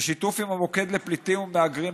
בשיתוף עם המוקד לפליטים ומהגרים,